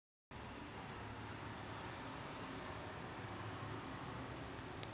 तुम्हाला माहीत आहे का की एंगलिंग पद्धतीने मासे हुकच्या मदतीने पकडले जातात